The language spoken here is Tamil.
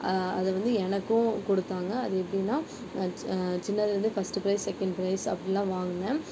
அதை வந்து எனக்கும் கொடுத்தாங்க அது எப்படின்னா சி சின்னதுலிருந்தே ஃபஸ்ட் ப்ரைஸ் செக்கேண்ட் ப்ரைஸ் அப்பிடிலாம் வாங்கினேன்